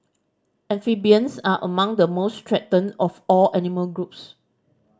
amphibians are among the most threatened of all animal groups